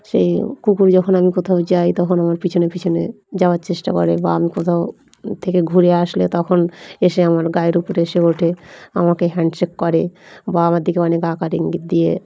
সেই কুকুর যখন আমি কোথাও যাই তখন আমার পিছনে পিছনে যাওয়ার চেষ্টা করে বা আমি কোথাও থেকে ঘুরে আসলে তখন এসে আমার গায়ের উপরে এসে ওঠে আমাকে হ্যান্ডশেক করে বা আমার দিকে অনেক আকার ইঙ্গিত দিয়ে